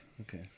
Okay